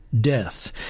death